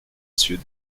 sud